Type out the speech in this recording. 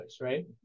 right